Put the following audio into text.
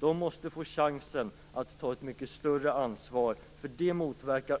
De måste få chansen att få ta ett mycket större ansvar, för det motverkar